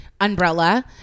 umbrella